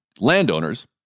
Landowners